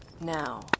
Now